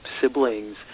siblings